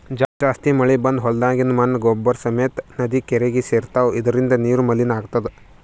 ಜಾಸ್ತಿ ಮಳಿ ಬಂದ್ ಹೊಲ್ದಾಗಿಂದ್ ಮಣ್ಣ್ ಗೊಬ್ಬರ್ ಸಮೇತ್ ನದಿ ಕೆರೀಗಿ ಸೇರ್ತವ್ ಇದರಿಂದ ನೀರು ಮಲಿನ್ ಆತದ್